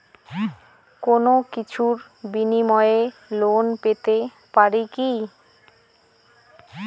কোনো কিছুর বিনিময়ে লোন পেতে পারি কি?